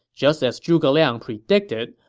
just as zhuge liang predicted,